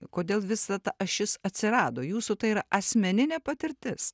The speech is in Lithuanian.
kodėl visa ta ašis atsirado jūsų tai yra asmeninė patirtis